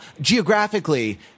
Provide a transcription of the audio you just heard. geographically